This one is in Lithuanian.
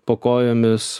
po kojomis